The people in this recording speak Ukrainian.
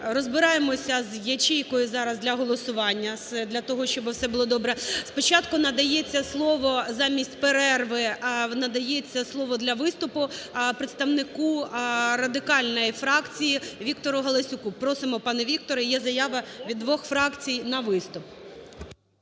розбираємося зячейкоюзараз для голосування для того, щоб все було добре. Спочатку надається слово, замість перерви, надається слово для виступу представнику Радикальної фракції Віктору Галасюку. Просимо, пане Віктор. Є заява від двох фракцій на виступ.